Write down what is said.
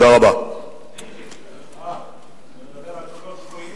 מדבר על קולות שפויים?